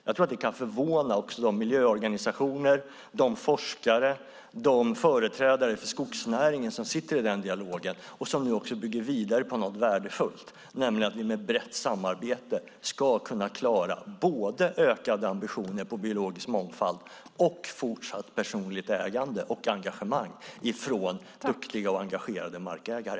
Jag tror att det kan förvåna också de miljöorganisationer, forskare och företrädare för skogsnäringen som sitter i denna dialog och nu bygger vidare på något värdefullt, nämligen att vi med ett brett samarbete ska kunna klara både ökade ambitioner när det gäller biologisk mångfald och fortsatt personligt ägande och engagemang från duktiga och engagerade markägare.